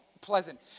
pleasant